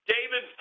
David